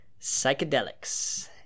psychedelics